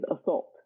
Assault